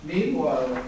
Meanwhile